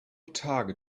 target